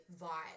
vibe